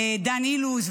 דן אילוז,